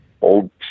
old